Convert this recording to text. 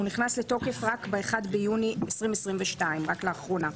הוא נכנס לתוקף רק ב-1 ביוני 2022, רק לאחרונה.